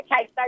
okay